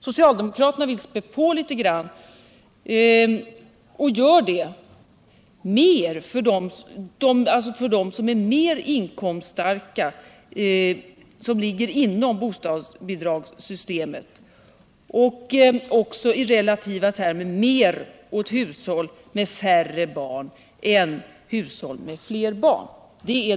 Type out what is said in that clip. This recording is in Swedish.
Socialdemokraterna vill späda på litet grand och gör det för de mer inkomststarka inom bostadsbidragssystemet och ger, likaså i relativa termer, mer åt hushåll med färre barn än hushåll med fler barn.